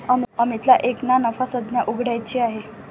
अमितला एक ना नफा संस्था उघड्याची आहे